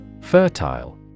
Fertile